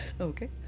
Okay